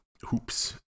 hoops